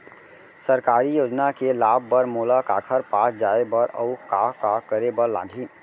सरकारी योजना के लाभ बर मोला काखर पास जाए बर अऊ का का करे बर लागही?